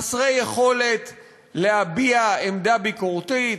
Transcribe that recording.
חסרי יכולת להביע עמדה ביקורתית,